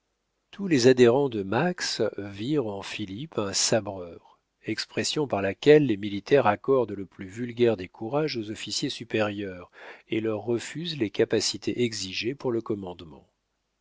tous les adhérents de max virent en philippe un sabreur expression par laquelle les militaires accordent le plus vulgaire des courages aux officiers supérieurs et leur refusent les capacités exigées pour le commandement